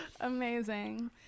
Amazing